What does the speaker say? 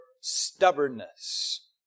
stubbornness